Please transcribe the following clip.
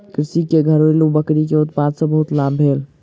कृषक के घरेलु बकरी के उत्पाद सॅ बहुत लाभ भेल